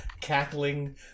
cackling